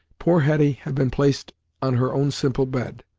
poor hetty had been placed on her own simple bed,